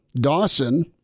Dawson